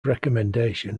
recommendation